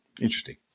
interesting